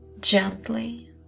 Gently